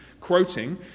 quoting